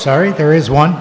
sorry there is one